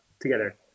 together